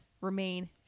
remain